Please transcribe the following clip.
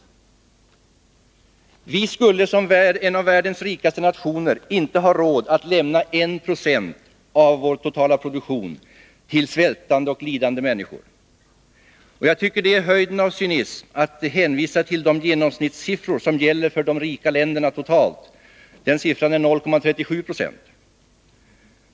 Sverige skulle som en av världens rikaste nationer inte ha råd att lämna 1 96 av vår totala produktion till svältande och lidande människor. Jag tycker att det är höjden av cynism att hänvisa till genomsnittssiffran för de rika länderna, 0,37 70.